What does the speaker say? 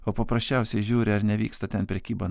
o paprasčiausiai žiūri ar nevyksta ten prekyba